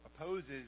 opposes